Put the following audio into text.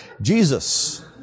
Jesus